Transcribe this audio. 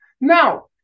now